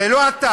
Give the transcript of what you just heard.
זה לא אתה.